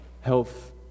health